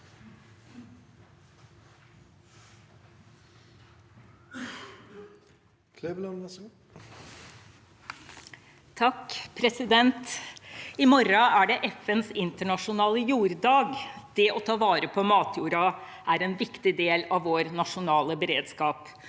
I morgen er det FNs internasjonale jorddag. Det å ta vare på matjorda er en viktig del av vår nasjonale beredskap.